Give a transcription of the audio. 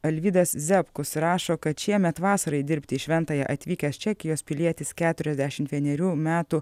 alvydas ziabkus rašo kad šiemet vasarai dirbti į šventąją atvykęs čekijos pilietis keturiasdešimt vienerių metų